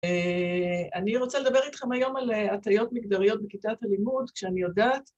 ‫אני רוצה לדבר איתכם היום ‫על הטייות מגדריות בכיתת הלימוד, ‫כשאני יודעת...